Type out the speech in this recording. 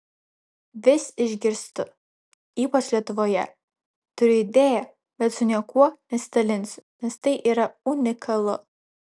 vis išgirstu ypač lietuvoje turiu idėją bet su niekuo nesidalinsiu nes tai yra unikalu